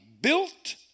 built